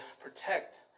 protect